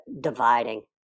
dividing